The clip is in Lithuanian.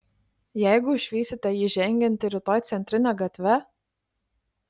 jeigu išvysite jį žengiantį rytoj centrine gatve